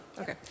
okay